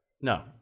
No